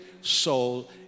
soul